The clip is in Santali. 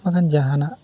ᱵᱟᱠᱷᱟᱱ ᱡᱟᱦᱟᱸ ᱱᱟᱜ